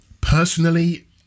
Personally